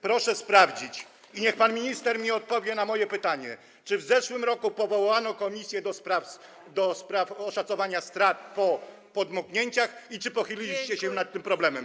Proszę sprawdzić, i niech pan minister odpowie mi na moje pytanie, czy w zeszłym roku powołano komisję do spraw oszacowania strat po podmoknięciach i czy pochyliliście się nad tym problemem.